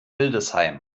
hildesheim